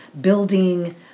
building